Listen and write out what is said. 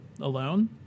alone